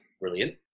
Brilliant